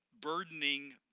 burdening